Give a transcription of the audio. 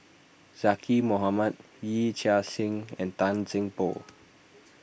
Zaqy Mohamad Yee Chia Hsing and Tan Seng Poh